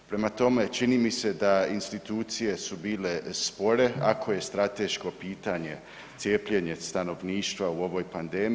Prema tome, čini mi se da institucije su bile spore ako je strateško pitanje cijepljenje stanovništva u ovoj pandemiji.